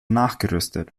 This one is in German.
nachgerüstet